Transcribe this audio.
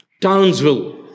Townsville